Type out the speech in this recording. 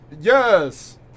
Yes